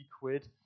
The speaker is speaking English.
quid